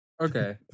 Okay